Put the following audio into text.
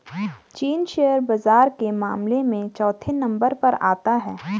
चीन शेयर बाजार के मामले में चौथे नम्बर पर आता है